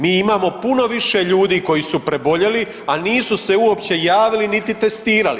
Mi imamo puno više ljudi koji su preboljeli, a nisu se uopće javili niti testirali.